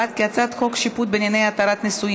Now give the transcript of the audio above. לוועדה את הצעת חוק שיפוט בענייני התרת נישואין